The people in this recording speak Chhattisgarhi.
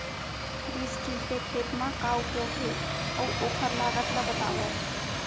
बीज ड्रिल के खेत मा का उपयोग हे, अऊ ओखर लागत ला बतावव?